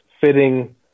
fitting